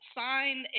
sign